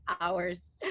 hours